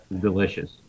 Delicious